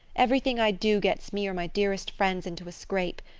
everything i do gets me or my dearest friends into a scrape.